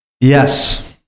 Yes